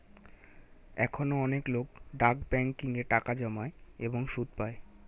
এখনো অনেক লোক ডাক ব্যাংকিং এ টাকা জমায় এবং সুদ পায়